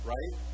Right